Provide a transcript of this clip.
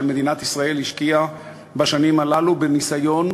של מדינת ישראל השקיעה בשנים הללו בניסיון,